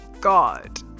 God